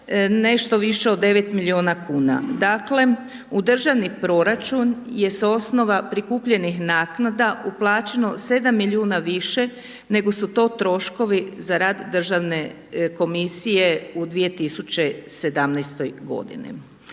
nešto viša od 9 miliona kuna, dakle u državni proračun je s osnova prikupljanih naknada uplaćeno 7 miliona nego su to troškovi za rad državne komisije u 2017. godini.